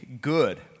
good